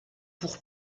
pour